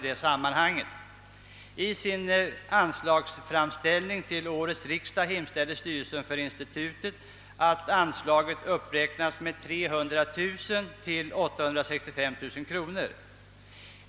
I sin anslagsframställning till årets riksdag hemställer därför styrelsen för institutet, att anslaget uppräknas med 300 000 kronor till 865 000 kronor.